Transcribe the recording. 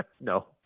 No